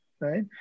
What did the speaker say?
right